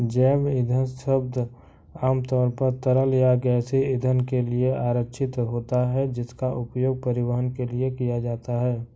जैव ईंधन शब्द आमतौर पर तरल या गैसीय ईंधन के लिए आरक्षित होता है, जिसका उपयोग परिवहन के लिए किया जाता है